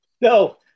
No